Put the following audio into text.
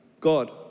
God